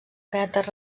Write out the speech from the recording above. caràcter